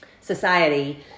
society